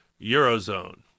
Eurozone